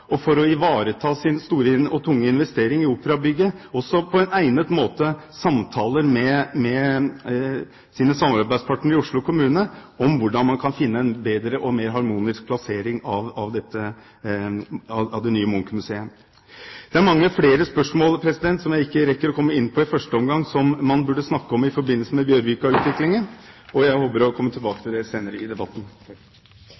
og for å ivareta sin store og tunge investering i operabygget også på en egnet måte samtaler med sine samarbeidspartnere i Oslo kommune om hvordan man kan finne en bedre og mer harmonisk plassering av det nye Munch-museet. Det er mange flere spørsmål som jeg ikke rekker å komme inn på i første omgang, som man burde snakke om i forbindelse med Bjørvika-utviklingen. Jeg håper å komme tilbake